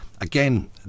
again